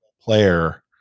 player